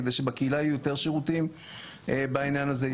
כדי שיהיו בקהילה יותר שירותים בעניין הזה.